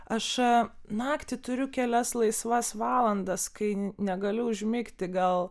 aš naktį turiu kelias laisvas valandas kai negaliu užmigti gal